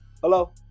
Hello